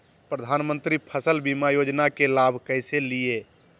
प्रधानमंत्री फसल बीमा योजना के लाभ कैसे लिये?